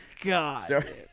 God